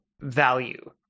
value